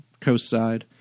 Coastside